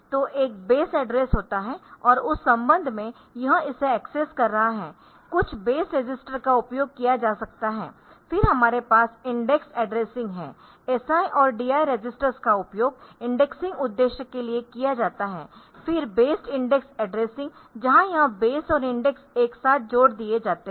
तो एक base address होता है और उस संबंध में यह इसे एक्सेस कर रहा है कुछ बेस रजिस्टर्स का उपयोग किया जा सकता है फिर हमारे पास इंडेक्स्ड एड्रेसिंग है SI और DI रजिस्टर्स का उपयोग इंडेक्सिंग उद्देश्य के लिए किया जाता है फिर बेस्ड इंडेक्स एड्रेसिंग जहां यह बेस और इंडेक्स एक साथ जोड़ दिए जाते है